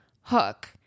hook